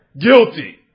Guilty